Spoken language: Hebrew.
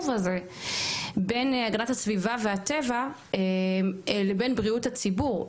הזה בין הגנת הסביבה והטבע לבין בריאות הציבור,